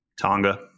tonga